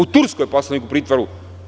U Turskoj poslanik u pritvoru.